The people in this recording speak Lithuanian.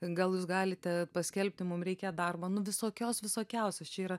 gal jūs galite paskelbti mum reikia darbo nu visokios visokiausios čia yra